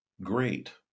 great